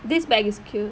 this bag is cute